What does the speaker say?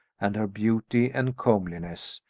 and her beauty and comeliness,